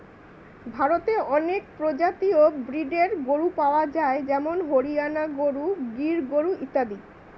ভারতে অনেক প্রজাতি ও ব্রীডের গরু পাওয়া যায় যেমন হরিয়ানা গরু, গির গরু ইত্যাদি